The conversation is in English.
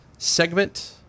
Segment